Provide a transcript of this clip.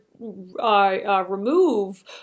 Remove